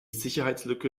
sicherheitslücke